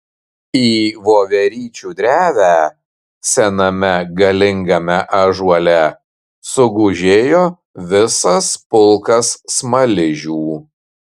į voveryčių drevę sename galingame ąžuole sugužėjo visas pulkas smaližių